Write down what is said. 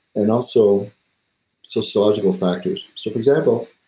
and also sociological factors so for example,